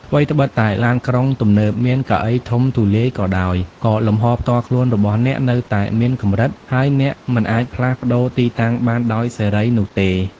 ថ្វីត្បិតតែឡានក្រុងទំនើបមានកៅអីធំទូលាយក៏ដោយ ក៏លំហផ្ទាល់ខ្លួនរបស់អ្នកនៅតែមានកម្រិត ហើយអ្នកមិនអាចផ្លាស់ប្តូរទីតាំងបានដោយសេរីនោះទេ។